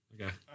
Okay